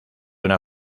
una